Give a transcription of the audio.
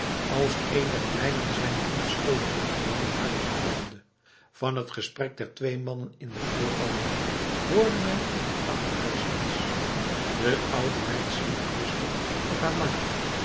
als een der kleinen zijn onschuldige dromen hardop droomde van t gesprek der twee mannen in de voorgalerij hoorde men in het achterhuis niets de oude meid sliep rustig op haar matje